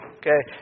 okay